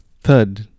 third